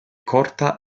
corta